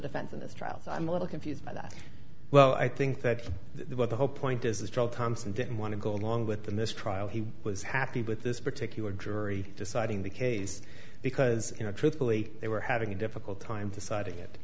defense in this trial so i'm a little confused by that well i think that what the whole point is this trial thompson didn't want to go along with the mistrial he was happy with this particular drury deciding the case because you know truthfully they were having a difficult time deciding it